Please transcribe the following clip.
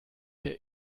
der